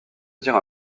dire